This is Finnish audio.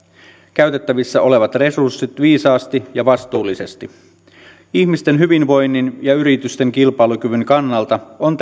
käytettävissä olevat resurssit viisaasti ja vastuullisesti ihmisten hyvinvoinnin ja yritysten kilpailukyvyn kannalta on